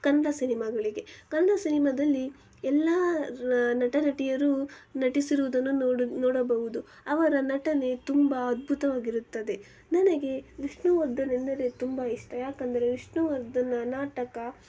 ಕನ್ನಡ ಸಿನಿಮಾಗಳಿಗೆ ಕನ್ನಡ ಸಿನಿಮಾದಲ್ಲಿ ಎಲ್ಲ ನಟ ನಟಿಯರು ನಟಿಸಿರುವುದನ್ನು ನೋಡ್ ನೋಡಬಹುದು ಅವರ ನಟನೆ ತುಂಬ ಅದ್ಭುತವಾಗಿರುತ್ತದೆ ನನಗೆ ವಿಷ್ಣುವರ್ಧನ್ ಅಂದರೆ ತುಂಬ ಇಷ್ಟ ಯಾಕಂದರೆ ವಿಷ್ಣುವರ್ಧನ್ನ ನಾಟಕ